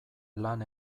lan